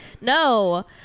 No